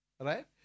Right